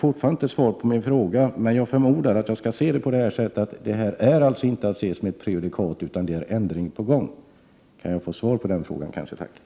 Jag fick inte svar på min fråga, men jag förmodar att ställningstagandet när det gäller TV-övervakningen kring Globen inte är att se som ett prejudikat, utan det är en ändring på gång. Jag är tacksam om jag får ett klarläggande på den punkten.